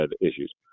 issues